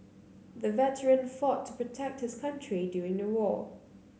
the veteran fought to protect his country during the war